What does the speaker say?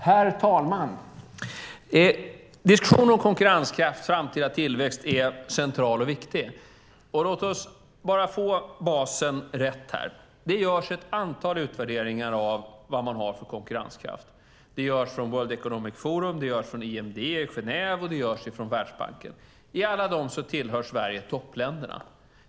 Herr talman! Diskussionen om konkurrenskraft och framtida tillväxt är central och viktig. Låt oss få basen rätt. Det görs ett antal utvärderingar av länders konkurrenskraft. Det görs av World Economic Forum, IMD i Genève och Världsbanken. I alla utvärderingar tillhör Sverige toppländerna.